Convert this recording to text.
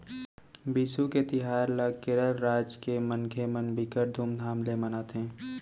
बिसु के तिहार ल केरल राज के मनखे मन बिकट धुमधाम ले मनाथे